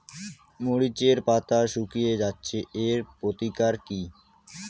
মরিচের পাতা শুকিয়ে যাচ্ছে এর প্রতিকার কি?